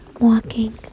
walking